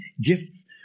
gifts